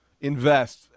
invest